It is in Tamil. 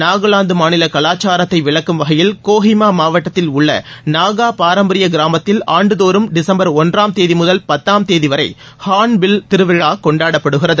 நாகாலாந்து மாநில கலாச்சாரத்தை விளக்கும் வகையில் கோஹிமா மாவட்டத்தில் உள்ளள நாகா பாரம்பரிய கிராமத்தில் ஆண்டு தோறும் டிசம்பர் ஒன்றாம் தேதி முதல் பத்தாம் தேதி வரை ஹார்ன்பில் திருவிழா கொண்டாடப்படுகிறது